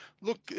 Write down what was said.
look